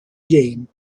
game